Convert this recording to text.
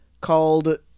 called